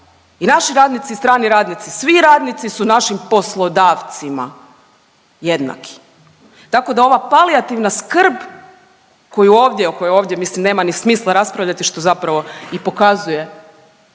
I naši radnici i strani radnici, svi radnici su našim poslodavcima jednaki. Tako da ova palijativna skrb koju ovdje o kojoj mislim nema ni smisla raspravljati što zapravo i pokazuje